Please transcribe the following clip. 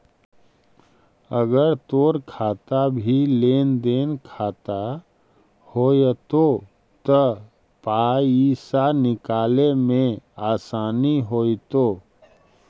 अगर तोर खाता भी लेन देन खाता होयतो त पाइसा निकाले में आसानी होयतो